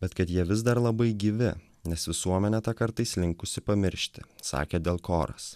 bet kad jie vis dar labai gyvi nes visuomenė tą kartais linkusi pamiršti sakė delkoras